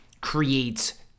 creates